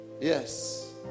yes